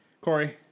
Corey